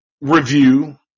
review